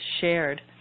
shared